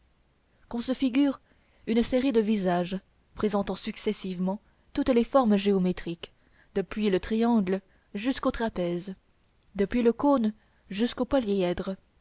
qu'on se figure une série de visages présentant successivement toutes les formes géométriques depuis le triangle jusqu'au trapèze depuis le cône jusqu'au